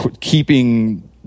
keeping